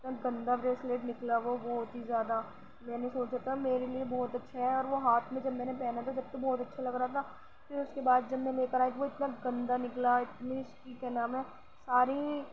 اتنا گندہ بریسلیٹ نکلا وہ بہت ہی زیادہ میں نے سوچا تھا میرے لیے بہت اچھا ہے اور وہ ہاتھ میں جب میں نے پہنا تھا جب تو بہت اچھا لگ رہا تھا پھر اس کے بعد جب میں لے کر آئی تو وہ اتنا گندہ نکلا اتنی اس کی کیا نام ہے ساری